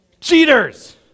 Cheaters